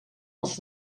els